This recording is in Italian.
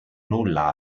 nulla